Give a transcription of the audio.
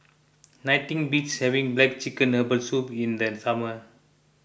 nothing beats having Black Chicken Herbal Soup in the summer